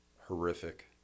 horrific